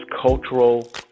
cultural